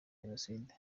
jenoside